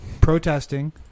protesting